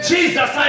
Jesus